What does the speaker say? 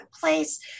place